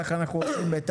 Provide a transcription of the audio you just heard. כך אנחנו נוהגים.